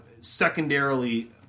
secondarily